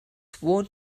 sworn